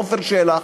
עפר שלח,